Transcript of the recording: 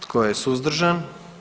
Tko je suzdržan?